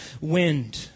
wind